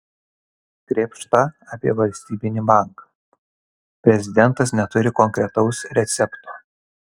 krėpšta apie valstybinį banką prezidentas neturi konkretaus recepto